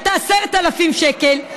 עלתה 10,000 שקל,